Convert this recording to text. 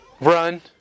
Run